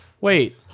wait